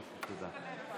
יופי, תודה.